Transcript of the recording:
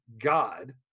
God